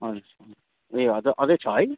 हजुर ए हजुर अझै छ है